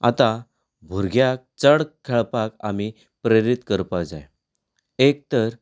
आतां भुरग्यांक चड खेळपाक आमी प्रेरीत करपाक जाय एक तर